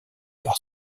par